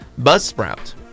Buzzsprout